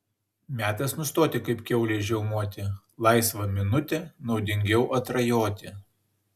metas nustoti kaip kiaulei žiaumoti laisvą minutę naudingiau atrajoti